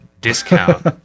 discount